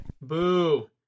Boo